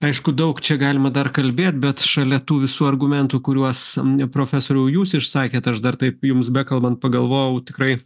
aišku daug čia galima dar kalbėt bet šalia tų visų argumentų kuriuos profesoriau jūs išsakėt aš dar taip jums bekalbant pagalvojau tikrai